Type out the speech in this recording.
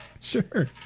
Sure